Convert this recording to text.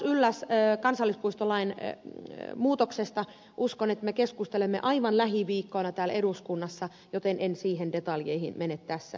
uskon että pallasyllästunturin kansallispuistolain muutoksesta me keskustelemme aivan lähiviikkoina täällä eduskunnassa joten en niihin detaljeihin mene tässä yhteydessä